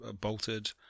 bolted